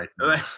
right